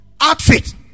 outfit